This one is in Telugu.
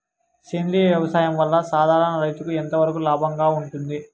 సేంద్రియ వ్యవసాయం వల్ల, సాధారణ రైతుకు ఎంతవరకు లాభంగా ఉంటుంది?